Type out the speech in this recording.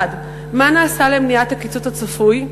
1. מה נעשה למניעת הקיצוץ הצפוי?